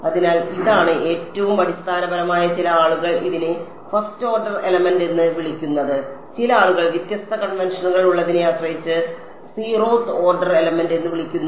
അതിനാൽ ഇതാണ് ഏറ്റവും അടിസ്ഥാനപരമായ ചില ആളുകൾ ഇതിനെ ഫസ്റ്റ് ഓർഡർ എലമെന്റ് എന്ന് വിളിക്കുന്നത് ചില ആളുകൾ വ്യത്യസ്ത കൺവെൻഷനുകൾ ഉള്ളതിനെ ആശ്രയിച്ച് സീറോത്ത് ഓർഡർ എലമെന്റ് എന്ന് വിളിക്കുന്നു